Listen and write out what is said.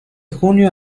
junio